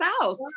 south